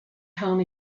home